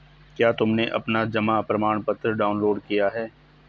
क्या तुमने अपना जमा प्रमाणपत्र डाउनलोड किया है?